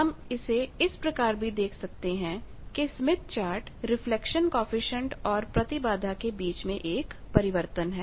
हम इसे इस प्रकार भी देख सकते हैं कि स्मिथ चार्ट रिफ्लेक्शन कॉएफिशिएंट और प्रतिबाधा के बीच में एक परिवर्तन है